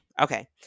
okay